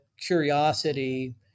curiosity